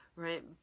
Right